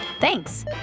Thanks